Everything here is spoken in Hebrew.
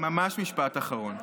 ממש משפט אחרון.